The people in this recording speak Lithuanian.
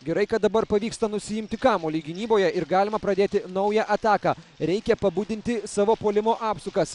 gerai kad dabar pavyksta nusiimti kamuolį gynyboje ir galima pradėti naują ataką reikia pabudinti savo puolimo apsukas